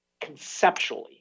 conceptually